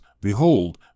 Behold